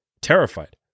terrified